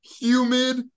humid